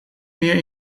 meer